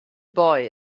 boy